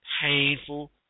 painful